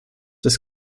des